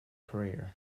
career